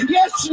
Yes